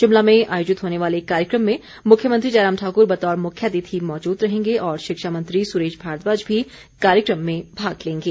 शिमला में आयोजित होने वाले कार्यक्रम में मुख्यमंत्री जयराम ठाकुर बतौर मुख्यातिथि मौजूद रहेंगे और शिक्षा मंत्री सुरेश भारद्वाज भी कार्यक्रम में भाग लेंगे